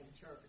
church